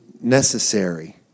necessary